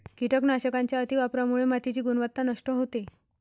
कीटकनाशकांच्या अतिवापरामुळे मातीची गुणवत्ता नष्ट होते